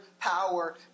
power